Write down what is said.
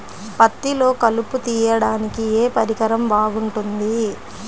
పత్తిలో కలుపు తీయడానికి ఏ పరికరం బాగుంటుంది?